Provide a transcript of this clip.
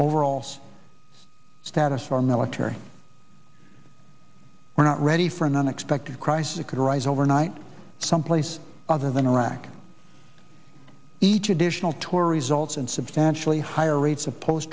overalls status our military were not ready for an unexpected crisis could arise overnight someplace other than arac each additional tour results in substantially higher rates of post